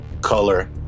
color